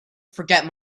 forget